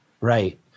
Right